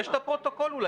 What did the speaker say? יש את הפרוטוקול אולי.